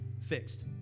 fixed